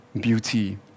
beauty